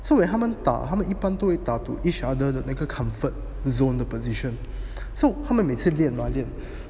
so when 他们打他们一般都会打 to each other 的那个 comfort zone 的 position so 他们每次练吗练